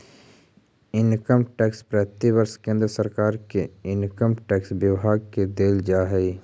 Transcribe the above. income tax प्रतिवर्ष केंद्र सरकार के इनकम टैक्स विभाग के देल जा हई